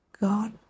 God